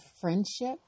friendship